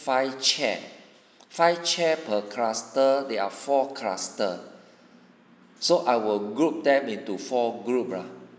five chair five chair per cluster there are four cluster so I will group them into four groups lah